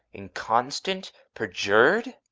inconstant, perjured?